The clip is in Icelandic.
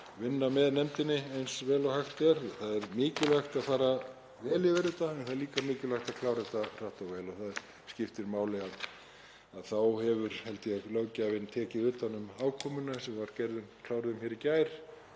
vinna með nefndinni eins vel og hægt er. Það er mikilvægt að fara vel yfir þetta en það er líka mikilvægt að klára þetta hratt og vel. Það skiptir máli, held ég, að þá hefur löggjafinn tekið utan um afkomuna, eins og við kláruðum hér í gær,